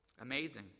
Amazing